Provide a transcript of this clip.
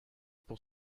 pour